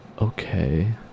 okay